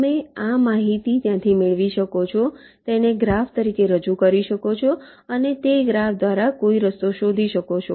તમે આ માહિતી ત્યાંથી મેળવી શકો છો તેને ગ્રાફ તરીકે રજૂ કરી શકો છો અને તે ગ્રાફ દ્વારા કોઈ રસ્તો શોધી શકો છો